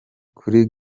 kuri